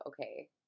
okay